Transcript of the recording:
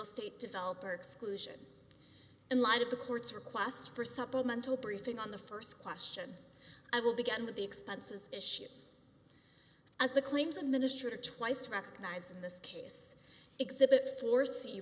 estate developer exclusion in light of the court's requests for supplemental briefing on the first question i will begin with the expenses issue as the claims a minister twice recognize in this case exhibit foresee